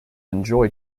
enjoy